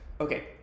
okay